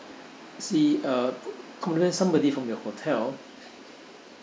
see uh compliment somebody from your hotel